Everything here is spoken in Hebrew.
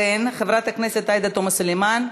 חברת הכנסת עאידה תומא סלימאן,